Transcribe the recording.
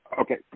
Okay